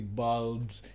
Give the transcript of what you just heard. bulbs